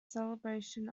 celebration